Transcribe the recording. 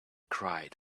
cried